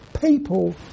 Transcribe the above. People